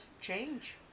change